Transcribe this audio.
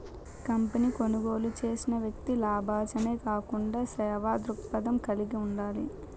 కంపెనీని కొనుగోలు చేసిన వ్యక్తి లాభాజనే కాకుండా సేవా దృక్పథం కలిగి ఉండాలి